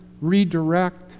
redirect